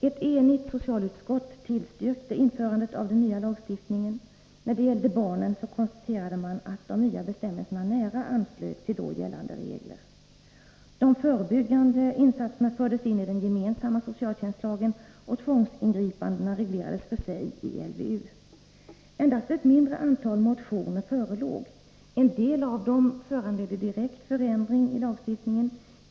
Ett enigt socialutskott tillstyrkte införandet av den nya lagstiftningen. När det gällde barnen konstaterade utskottet att de nya bestämmelserna nära anslöt till då gällande regler. Endast ett mindre antal motioner förelåg. En del av dessa ledde direkt till förändringar i lagstiftningen.